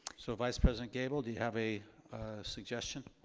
so vice president gabel do you have a suggestion?